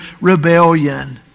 rebellion